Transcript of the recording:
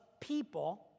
people